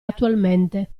attualmente